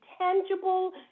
tangible